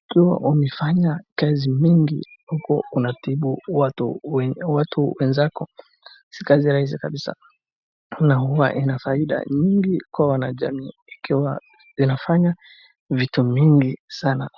wakiwa wamefanya kazi mingi huku wanatibu watu wenzako, si kazi rahisi kabisaa, na huwa ina faida nyingi katika jamii na huwa inafanya vitu mingi sana.